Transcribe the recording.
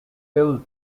filled